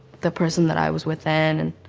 the person that i was with then and,